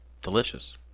Delicious